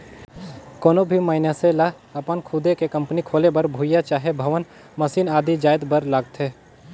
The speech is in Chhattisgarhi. कोनो भी मइनसे लअपन खुदे के कंपनी खोले बर भुंइयां चहे भवन, मसीन आदि जाएत बर लागथे